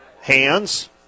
hands